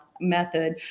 method